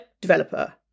developer